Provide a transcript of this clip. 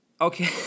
Okay